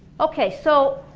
okay, so